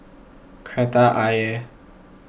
Kreta Ayer